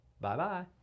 Bye-bye